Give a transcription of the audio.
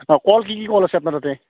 অঁ কল কি কি কল আছে আপোনাৰ তাতে